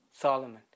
Solomon